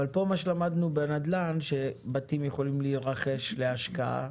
אבל בנדל"ן למדנו שבתים יכולים להירכש להשקעה,